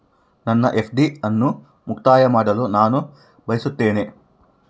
ನನ್ನ ಎಫ್.ಡಿ ಅನ್ನು ಮುಕ್ತಾಯ ಮಾಡಲು ನಾನು ಬಯಸುತ್ತೇನೆ